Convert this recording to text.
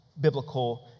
biblical